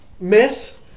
miss